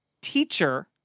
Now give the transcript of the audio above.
teacher